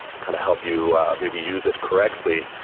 kind of help you maybe use it correctly.